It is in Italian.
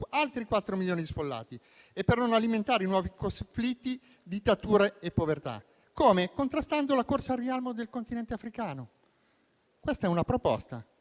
che ci si impegnasse per non alimentare nuovi conflitti, dittature e povertà. Come? Contrastando la corsa al riarmo del Continente africano. Questa è una proposta,